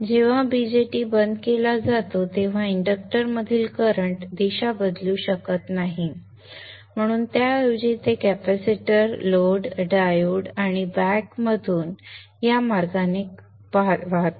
जेव्हा BJT बंद केला जातो तेव्हा इंडक्टरमधील करंट दिशा बदलू शकत नाही म्हणून त्याऐवजी ते कॅपेसिटर लोड डायोड आणि बॅकमधून या मार्गात वाहते